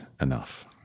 enough